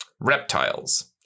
Reptiles